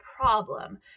problem